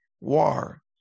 war